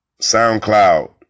SoundCloud